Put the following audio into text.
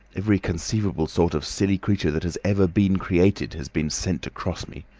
every conceivable sort of silly creature that has ever been created has been sent to cross me.